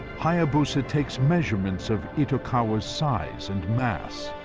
hayabusa takes measurements of itokawa's size and mass.